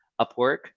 Upwork